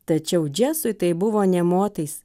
tačiau džesui tai buvo nė motais